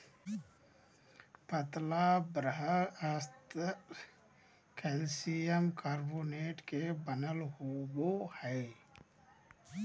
पतला बाह्यस्तर calcium carbonate के बनल होबो हइ